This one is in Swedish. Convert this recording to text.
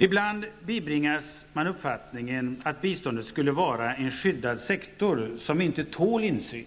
Ibland bibringas man uppfattningen att biståndet skulle vara en skyddad sektor, som inte tål insyn.